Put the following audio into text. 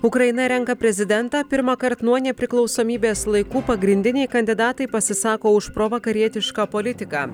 ukraina renka prezidentą pirmąkart nuo nepriklausomybės laikų pagrindiniai kandidatai pasisako už provakarietišką politiką